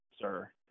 sir